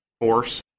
force